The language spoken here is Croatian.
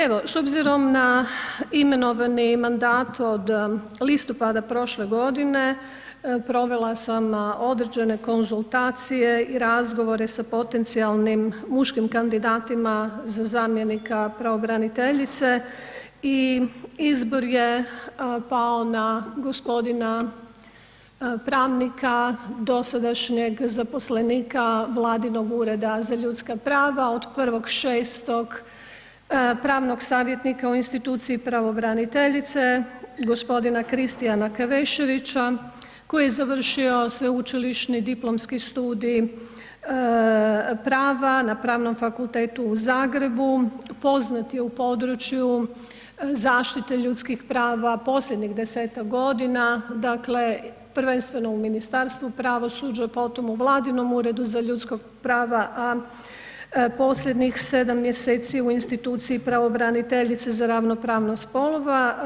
Evo, s obzirom na imenovani mandat od listopada prošle godine provela sam određene konzultacije i razgovore sa potencijalnim muškim kandidatima za zamjenika pravobraniteljice i izbor je pao na gospodina pravnika dosadašnjeg zaposlenika Vladinog ureda za ljudska prava, od 1.6. pravnog savjetnika u instituciji pravobraniteljice, gospodina Kristijana Keveševića, koji je završio sveučilišni diplomski studij prava na Pravnom fakultetu u Zagrebu, poznat je u području zaštite ljudskih prava posljednjih desetak godina, dakle prvenstveno u Ministarstvu pravosuđa, potom u Vladinom Uredu za ljudska prava, a posljednjih sedam mjeseci u instituciji pravobraniteljice za ravnopravnost spolova.